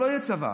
שלא יהיה צבא.